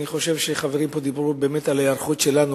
חברי דיברו על היערכות שלנו,